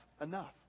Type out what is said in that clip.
enough